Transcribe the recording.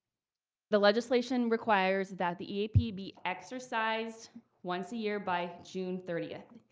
the legislation requires that the eap be exercised once a year, by june thirtieth.